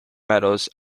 meadows